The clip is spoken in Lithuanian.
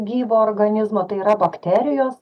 gyvo organizmo tai yra bakterijos